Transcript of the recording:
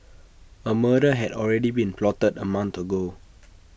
A murder had already been plotted A month ago